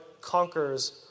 conquers